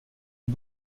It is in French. est